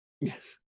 yes